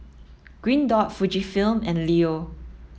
green dot Fujifilm and Leo